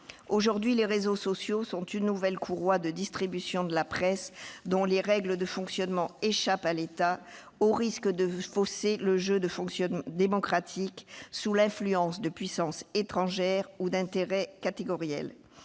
Aujourd'hui, les réseaux sociaux sont une nouvelle courroie de distribution de la presse ; or ses règles de fonctionnement échappent à l'État, au risque de fausser le jeu démocratique, sous l'influence de puissances étrangères ou d'intérêts catégoriels.